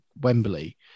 Wembley